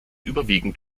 überwiegend